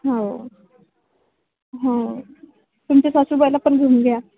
हो हं हो तुमच्या सासूबाईला पण घेऊन घ्या